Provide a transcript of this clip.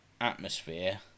atmosphere